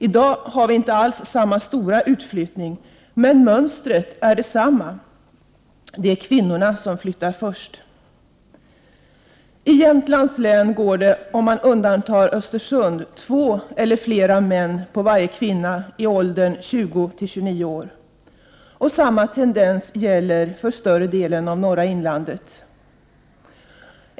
I dag har vi inte alls samma stora utflyttning. Men mönstret är detsamma. Det är kvinnorna som flyttar först. I Jämtlands län går det, om man undantar Östersund, två eller fler män på varje kvinna i åldern 20-29 år. Samma tendens gäller för större delen av norra inlandet.